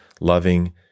loving